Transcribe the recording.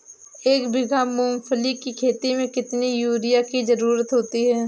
एक बीघा मूंगफली की खेती में कितनी यूरिया की ज़रुरत होती है?